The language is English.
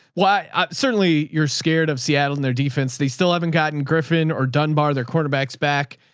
why certainly you're scared of seattle's in their defense. they still haven't gotten griffin or dunbar their quarterback's back.